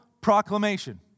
proclamation